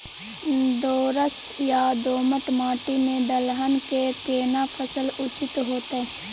दोरस या दोमट माटी में दलहन के केना फसल उचित होतै?